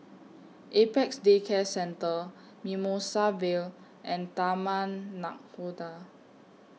Apex Day Care Centre Mimosa Vale and Taman Nakhoda